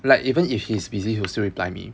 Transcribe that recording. like even if he's busy he'll still reply me